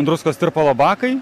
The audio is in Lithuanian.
druskos tirpalo bakai